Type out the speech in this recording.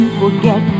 forget